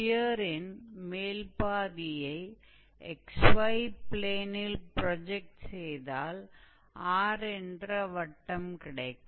ஸ்பியரின் மேல் பாதியை xy ப்ளேனில் ப்ரொஜக்ட் செய்தால் R என்ற வட்டம் கிடைக்கும்